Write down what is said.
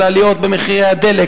על עליות במחירי הדלק,